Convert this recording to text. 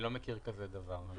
אני לא מכיר כזה דבר.